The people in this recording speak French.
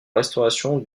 restauration